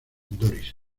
doris